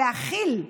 להכיל,